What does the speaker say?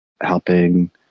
helping